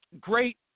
great